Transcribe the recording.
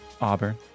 Auburn